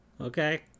okay